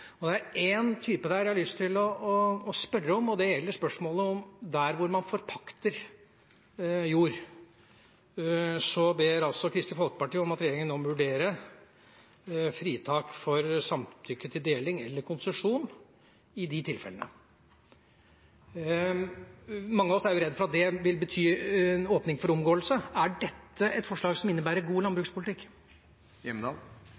Det er én type jeg har lyst til å spørre om, og det gjelder spørsmålet om der hvor man forpakter jord. Kristelig Folkeparti ber altså om at regjeringen nå må vurdere fritak for samtykke til deling eller konsesjon i de tilfellene. Mange av oss er redde for at det vil bety en åpning for omgåelse. Er dette et forslag som innebærer god